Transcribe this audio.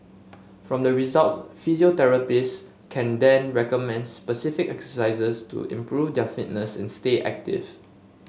from the results physiotherapist can then recommend specific exercises to improve their fitness and stay active